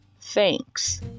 thanks